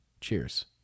Cheers